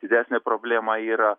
didesnė problema yra